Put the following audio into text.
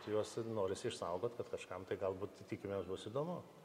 juos norisi išsaugot kad kažkam tai galbūt tikimės bus įdomu